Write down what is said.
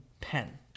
Pen